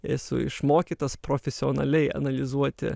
esu išmokytas profesionaliai analizuoti